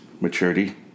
maturity